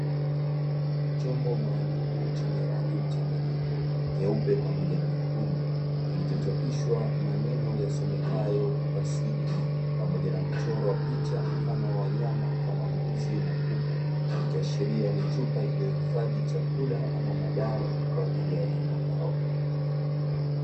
Chombo maalumu chenye rangi mchanganyiko; nyeupe pamoja na nyekundu kilichochapishwa maneno yasomekayo 'KUPACIDE', pamoja na kuchorwa picha mfano wa wanyama kama mbuzi na kuku, ikiashiria ni chupa iliyohifadhi chakula au madawa kwaajili ya wanyama hao.